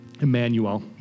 Emmanuel